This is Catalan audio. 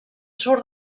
surt